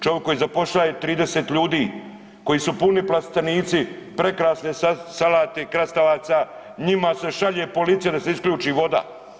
Čovik koji zapošljava 30 ljudi, koji su puni plastenici prekrasne salate i krastavaca, njima se šalje policija da se isključi voda.